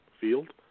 field